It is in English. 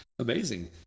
Amazing